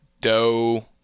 doe